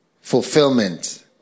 fulfillment